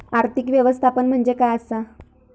आर्थिक व्यवस्थापन म्हणजे काय असा?